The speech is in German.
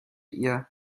ihr